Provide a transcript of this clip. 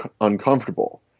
uncomfortable